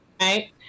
Right